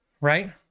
Right